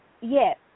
Yes